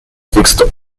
fixed